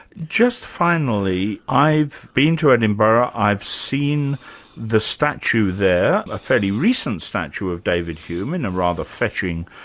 just finally, i've been to edinburgh, i've seen the statue there, a fairly recent statue of david hume, in a rather fetching,